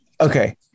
Okay